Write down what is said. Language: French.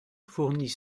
fournit